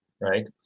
right